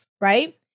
right